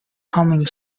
humming